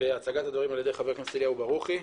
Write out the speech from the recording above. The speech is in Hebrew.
בהצגת הדברים על ידי חבר הכנסת אליהו ברוכי,